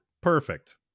perfect